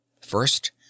First